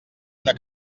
una